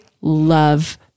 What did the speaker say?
love